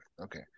Okay